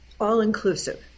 all-inclusive